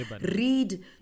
Read